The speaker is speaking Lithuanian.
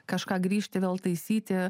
kažką grįžti vėl taisyti